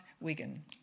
Wigan